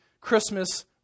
Christmas